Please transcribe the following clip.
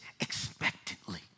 expectantly